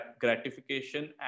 gratification